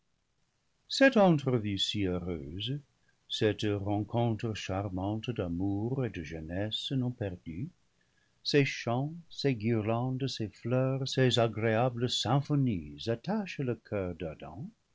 entrevue si heureuse cette rencontre charmante d'amour et de jeunesse non perdues ces chants ces guirlandes ces fleurs ces agréables symphonies attachent le coeur